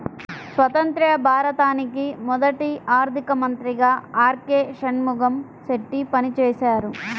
స్వతంత్య్ర భారతానికి మొదటి ఆర్థిక మంత్రిగా ఆర్.కె షణ్ముగం చెట్టి పనిచేసారు